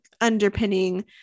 underpinning